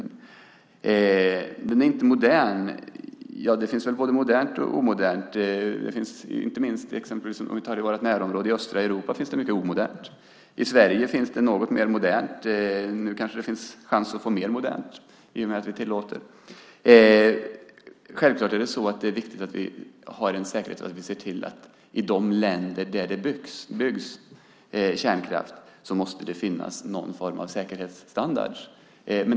Kärnkraften är inte modern säger Bodil Ceballos. Det finns väl både modern och omodern kärnkraft. Om vi tar vårt närområde finns det mycket omodern kärnkraft i östra Europa. I Sverige är den något mer modern. Nu kanske det finns möjlighet att få ännu mer modern kärnkraft i och med att vi tillåter den. Självklart är det viktigt med säkerhetsaspekten, och vi måste se till att det i de länder där det byggs kärnkraft finns någon form av säkerhetsstandarder.